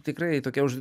tikrai tokia už